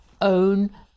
own